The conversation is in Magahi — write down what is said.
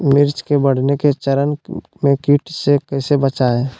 मिर्च के बढ़ने के चरण में कीटों से कैसे बचये?